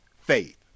Faith